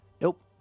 Nope